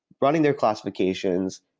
running their classifications,